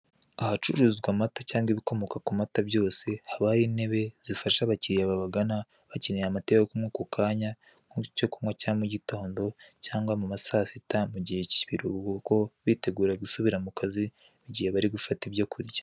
Ahacururizwa amata cyangwa ibikomoka ku mata byose, haba hari intebe zifasha abakiliya babagana bakeneye amata yo kunywa ako kanya, nk'icyo kunywa cya mugitondo, cyangwa mu ma saa sita, mu gihe cy'ibiruhuko bitegura gusubira mu kazi mugihe bari gufata ibyo kurya.